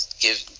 give